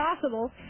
possible